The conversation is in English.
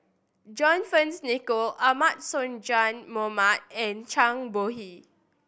John Fearns Nicoll Ahmad Sonhadji Mohamad and Chang Bohe